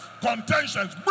contentions